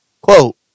Quote